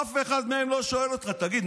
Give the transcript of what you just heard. אף אחד מהם לא שואל אותך: תגיד,